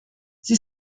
sie